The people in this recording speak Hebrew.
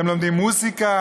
הם לומדים מוזיקה,